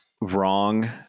wrong